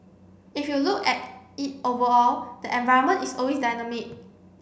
if you look at it overall the environment is always dynamic